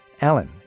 Alan